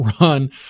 run